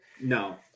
No